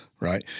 right